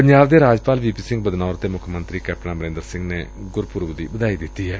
ਪੰਜਾਬ ਦੇ ਰਾਜਪਾਲ V P Singh Badnore ਅਤੇ ਮੁੱਖ ਮੰਤਰੀ ਕੈਪਟਨ ਅਮਰਿੰਦਰ ਸਿੰਘ ਨੇ ਗੁਰਪੁਰਬ ਦੀ ਵਧਾਈ ਦਿੱਡੀ ਏ